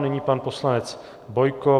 Nyní pan poslanec Bojko.